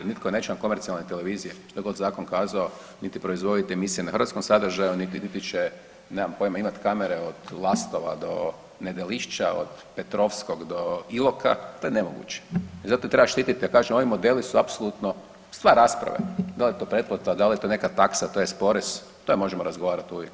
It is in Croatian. Nitko neće na komercijalnoj televiziji, što god Zakon kazao niti proizvoditi emisije na hrvatskom sadržaju niti će, nemam pojma, imati kamere od Lastova do Nedelišća, od Petrovskog do Iloka, to je nemoguće i zato treba štititi, ja kažem ovi modeli su apsolutno stvar rasprave, da li je to pretplata, da li je to neka taksa tj. porez o tome možemo razgovarati uvijek.